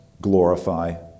glorify